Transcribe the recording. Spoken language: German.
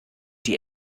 die